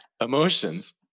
emotions